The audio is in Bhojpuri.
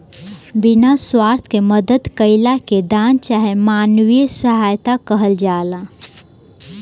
बिना स्वार्थ के मदद कईला के दान चाहे मानवीय सहायता कहल जाला